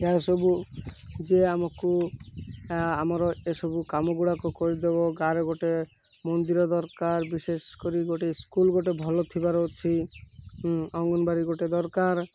ଏହାସବୁ ଯେ ଆମକୁ ଆମର ଏସବୁ କାମ ଗୁଡ଼ାକ କରିଦେବ ଗାଁରେ ଗୋଟେ ମନ୍ଦିର ଦରକାର ବିଶେଷ କରି ଗୋଟେ ସ୍କୁଲ୍ ଗୋଟେ ଭଲ ଥିବାର ଅଛି ଅଙ୍ଗନବାଡ଼ି ଗୋଟେ ଦରକାର